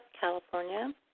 California